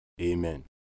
Amen